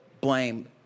blame